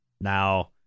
Now